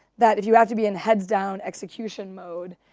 that if you have to be in heads down execution mode,